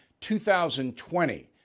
2020